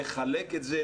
לחלק את זה.